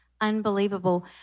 Unbelievable